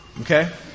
okay